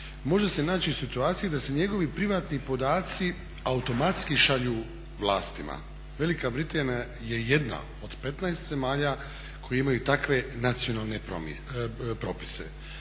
može se naći u situaciji da se njegovi privatni podaci automatski šalju vlastima. Velika Britanija je jedna od 15 zemalja koje imaju takve nacionalne propise.